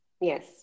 Yes